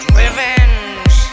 revenge